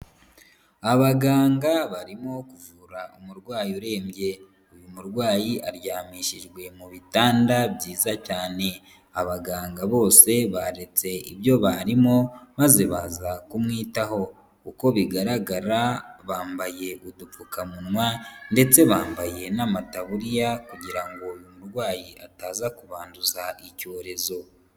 Abaganga barimo kuvura umurwayi urembye, uyu murwayi aryamishijwe mu bitanda byiza cyane, abaganga bose baretse ibyo barimo maze baza kumwitaho, uko bigaragara bambaye udupfukamunwa ndetse bambaye n'amataburiya kugira ngo uyu murwayi ataza kubanduza icyorezo.